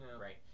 right